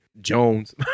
Jones